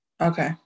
Okay